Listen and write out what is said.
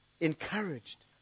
encouraged